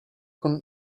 con